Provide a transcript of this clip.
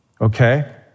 okay